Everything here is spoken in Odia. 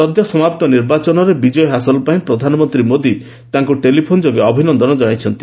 ସଦ୍ୟ ସମାପ୍ତ ନିର୍ବାଚନରେ ବିଜୟ ହାସଲ ପାଇଁ ପ୍ରଧାନମନ୍ତ୍ରୀ ମୋଦି ତାଙ୍କୁ ଟେଲିଫୋନ୍ ଯୋଗେ ଅଭିନନ୍ଦନ କଣାଇଛନ୍ତି